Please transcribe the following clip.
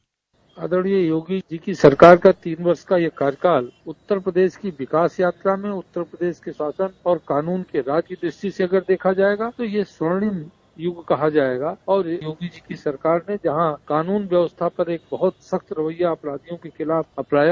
bite आदरणीय योगी जी की सरकार का तीन वर्ष का यह कार्यकाल उत्तर प्रदेश की विकास यात्रा में उत्तर प्रदेश के शासन और कानून के राज्य की दृष्टि से अगर देखा जायेगा तो यह स्वर्णिम यूग कहा जायेगा और योगी जी की सरकार ने जहां कानून व्यवस्था पर एक सख्त रवैया अपराधियों के खिलाफ अपनाया